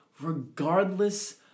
regardless